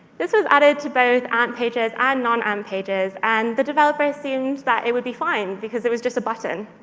this was added to both amp pages and non-amp pages, and the developer assumed that it would be fine because it was just a button.